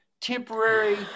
temporary